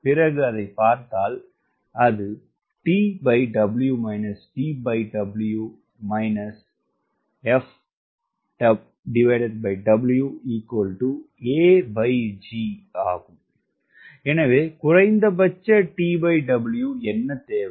பிறகு பார்த்தால் எனவே குறைந்தபட்ச TW என்ன தேவை